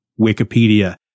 Wikipedia